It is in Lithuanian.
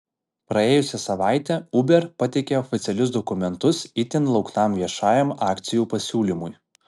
praėjusią savaitę uber pateikė oficialius dokumentus itin lauktam viešajam akcijų pasiūlymui